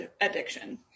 addiction